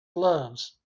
gloves